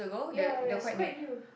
ya ya is quite new